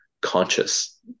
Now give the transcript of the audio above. conscious